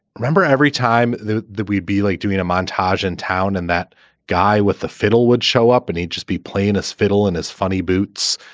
remember, every time that we'd be like doing a montage in town and that guy with the fiddle would show up and he'd just be playing his fiddle in his funny boots.